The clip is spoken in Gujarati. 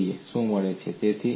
ચાલો જોઈએ શું મળે છે